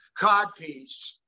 codpiece